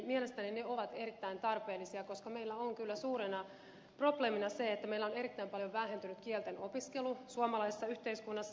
mielestäni ne ovat erittäin tarpeellisia koska meillä on kyllä suurena probleemana se että meillä on erittäin paljon vähentynyt kielten opiskelu suomalaisessa yhteiskunnassa